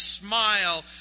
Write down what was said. smile